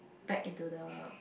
back into the